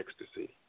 ecstasy